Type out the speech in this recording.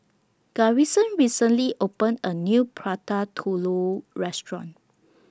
Garrison recently opened A New Prata Telur Restaurant